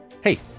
hey